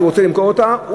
שרוצה למכור אותה,